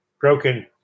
broken